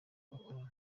twakorana